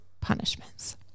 punishments